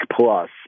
plus